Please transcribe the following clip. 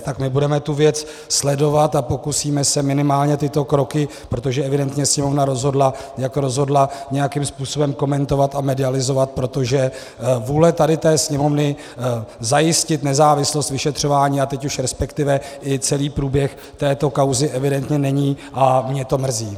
Tak my budeme tu věc sledovat a pokusíme se minimálně tyto kroky, protože evidentně Sněmovna rozhodla, jak rozhodla, nějakým způsobem komentovat a medializovat, protože vůle tady té Sněmovny zajistit nezávislost vyšetřování, a teď resp. i celý průběh této kauzy evidentně není a mě to mrzí.